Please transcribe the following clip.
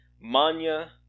Manya